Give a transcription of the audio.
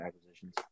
acquisitions